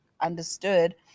understood